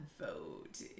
vote